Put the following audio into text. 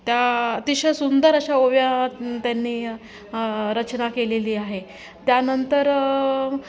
त्या अतिशय सुंदर अशा ओव्या त्यांनी रचना केलेली आहे त्यानंतर